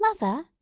mother